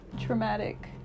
traumatic